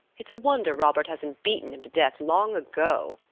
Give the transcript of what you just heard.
it's a wonder robert hasn't beaten him to death long ago.